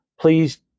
please